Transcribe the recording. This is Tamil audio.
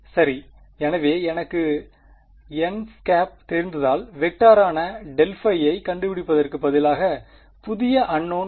சரி எனவே எனக்குத் n தெரிந்தால் வெக்டரான ∇ϕஐ கண்டுபிடிப்பதற்கு பதிலாக புதிய அன்நோவ்ன் ∇ϕ